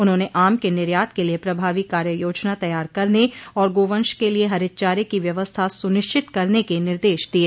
उन्होंने आम के निर्यात के लिए प्रभावी कार्य योजना तैयार करने और गोवंश के लिए हरे चारे की व्यवस्था सुनिश्चित करने के निर्देश दिये